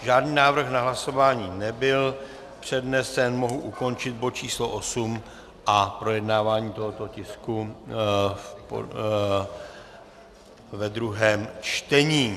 Žádný návrh na hlasování nebyl přednesen, mohu ukončit bod číslo 8 a projednávání tohoto tisku ve druhém čtení.